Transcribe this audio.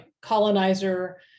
colonizer